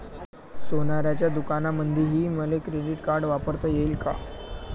सोनाराच्या दुकानामंधीही मले क्रेडिट कार्ड वापरता येते का?